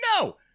no